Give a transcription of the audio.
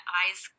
eyes